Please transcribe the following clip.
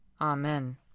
Amen